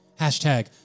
Hashtag